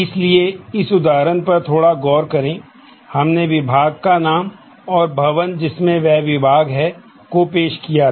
इसलिए इस उदाहरण पर थोड़ा गौर करें हमने विभाग का नाम और भवन जिसमें वह विभाग है को पेश किया था